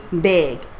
big